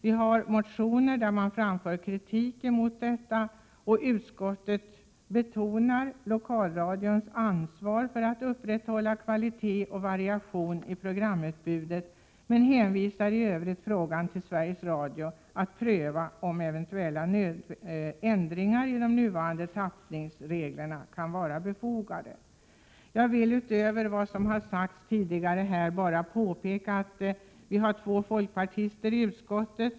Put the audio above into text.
I motioner framförs kritik mot de här reglerna, och utskottet betonar lokalradions ansvar för att upprätthålla kvalitet och variation i programutbudet men hänvisar i övrigt frågan till Sveriges Radio för att man där skall pröva om eventuella ändringar i de nuvarande tappningsreglerna kan vara befogade. Jag vill utöver vad som har sagts tidigare bara påpeka att vi har två folkpartister i utskottet.